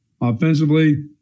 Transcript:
offensively